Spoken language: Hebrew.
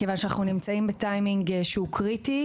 כיוון שאנחנו נמצאים בטיימינג קריטי: